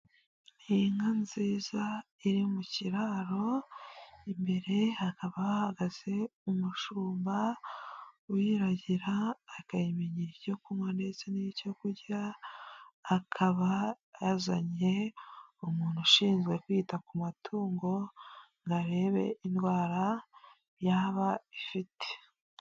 Iyi nka nziza iri mu kiraro imbere hakaba hahagaze umushumba uyiragira akayimenyera icyo kunywa neza n'icyo kurya akaba azanye umuntu ushinzwe kwita ku matungo ngo arebe indwara yaba ifite.